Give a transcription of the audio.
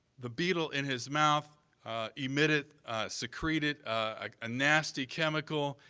the beetle in his mouth emitted ah, secreted a nasty chemical,